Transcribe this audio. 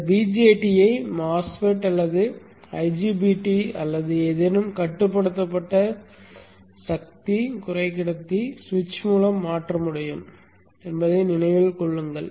இந்த BJT ஐ MOSFET அல்லது IGBT அல்லது ஏதேனும் கட்டுப்படுத்தப்பட்ட சக்தி குறைக்கடத்தி சுவிட்ச் மூலம் மாற்ற முடியும் என்பதை நினைவில் கொள்ளுங்கள்